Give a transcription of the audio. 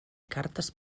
cartes